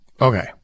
Okay